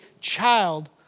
child